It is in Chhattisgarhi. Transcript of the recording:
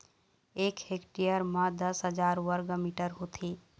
एक हेक्टेयर म दस हजार वर्ग मीटर होथे